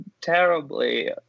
terribly